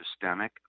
systemic